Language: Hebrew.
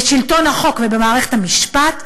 בשלטון החוק ובמערכת המשפט,